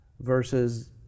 versus